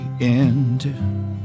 end